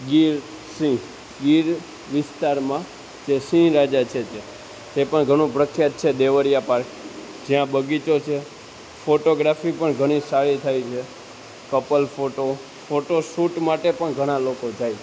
ગીર સિંહ ગીર વિસ્તારમાં જે સિંહ રાજા છે ત્યાં તે પણ ઘણો પ્રખ્યાત છે દેવળિયા પાર્ક જ્યાં બગીચો છે ફોટોગ્રાફી પણ ઘણી સારી થાય છે કપલ ફોટો ફોટોશૂટ માટે પણ ઘણા લોકો જાય